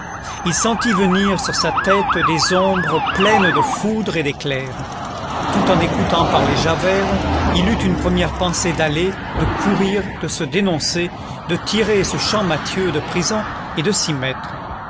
il sentit venir sur sa tête des ombres pleines de foudres et d'éclairs tout en écoutant parler javert il eut une première pensée d'aller de courir de se dénoncer de tirer ce champmathieu de prison et de s'y mettre